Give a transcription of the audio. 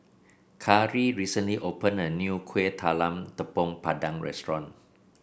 Kari recently opened a new Kuih Talam Tepong Pandan Restaurant